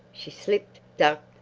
she slipped, ducked,